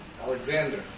Alexander